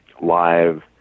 live